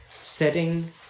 setting